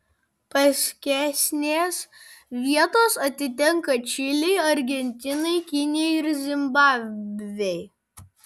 paskesnės vietos atitenka čilei argentinai kinijai ir zimbabvei